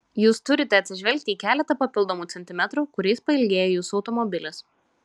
jūs turite atsižvelgti į keletą papildomų centimetrų kuriais pailgėja jūsų automobilis